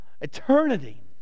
eternity